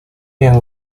变更